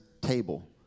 table